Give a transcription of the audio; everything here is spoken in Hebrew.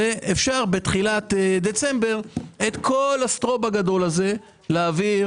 ואפשר בתחילת דצמבר את כל ה"סטרוב" הגדול הזה להעביר